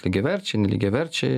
lygiaverčiai nelygiaverčiai